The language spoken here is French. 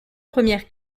première